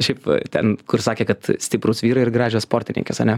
šiaip ten kur sakė kad stiprūs vyrai ir gražios sportininkės ane